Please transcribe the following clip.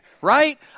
right